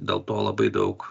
dėl to labai daug